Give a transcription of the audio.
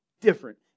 different